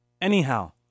anyhow